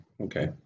Okay